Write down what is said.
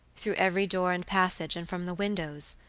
through every door and passage and from the windows,